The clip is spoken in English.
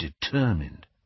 determined